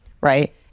right